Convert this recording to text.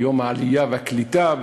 ביום העלייה והקליטה,